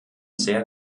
sehr